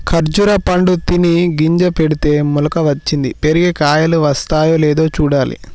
ఖర్జురా పండు తిని గింజ పెడితే మొలక వచ్చింది, పెరిగి కాయలు కాస్తాయో లేదో చూడాలి